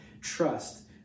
trust